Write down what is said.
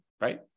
right